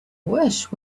wish